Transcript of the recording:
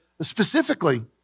specifically